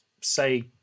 say